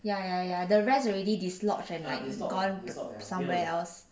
ya ya ya the rest already dislodge and like gone somewhere else